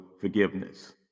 forgiveness